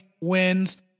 wins